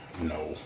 No